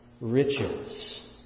riches